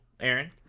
Aaron